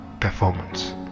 performance